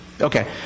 okay